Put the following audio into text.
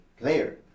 player